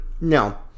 no